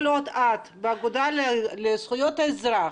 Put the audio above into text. כל עוד את והאגודה לזכויות האזרח